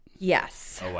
Yes